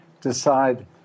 decide